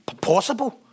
Possible